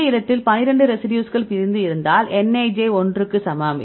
இந்த இடத்தில் 12 ரெசிடியூஸ்கள் பிரிந்து இருந்தால் nij ஒன்றுக்கு சமம்